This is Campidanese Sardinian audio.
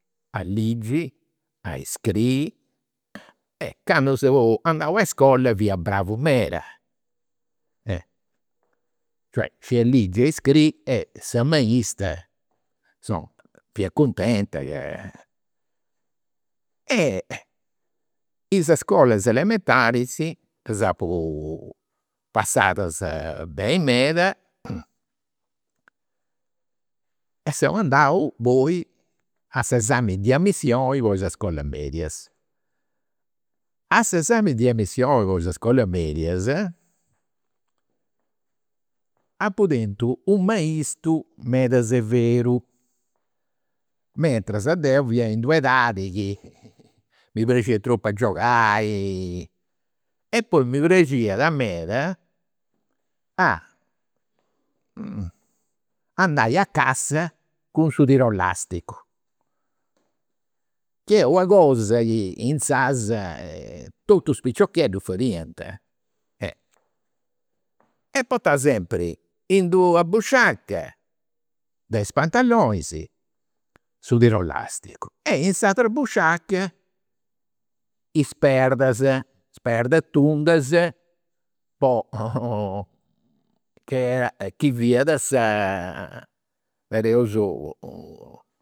A ligi, a scriri, e candu seu andau a iscola fia bravu meda, cioè scidia ligi e scriri e sa maista, insoma, fiat cuntenta ca. E is iscolas elementaris ddas apu passadas beni meda e seu andau poi a s'esami de amissioni po is iscolas medias. A s'esami de amissioni po s'iscolas medias apu tentu u' maistu meda severu, mentras deu fiu in d'una edadi chi mi praxiat tropu a giogai e poi mi praxiat meda a andai a cassa cun su tiru elasticu. Ca est una cosa chi inzaras totus is piciocheddus fadiant. E portau sempri in d'una busciaca de is pantalonis, su tiru elasticu, in s'atera busciaca is, perdas tundas po, chi fiat nareus